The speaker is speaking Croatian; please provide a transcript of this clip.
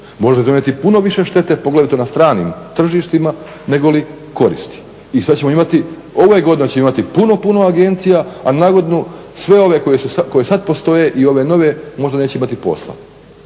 Može donijeti puno više štete poglavito na stranim tržištima nego li koristi i sad ćemo imati, ove godine ćemo imati puno, puno agencija a na godinu sve ove koje sad postoje i ove nove možda neće imati posla